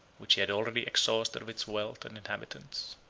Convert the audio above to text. which he had already exhausted of its wealth and inhabitants.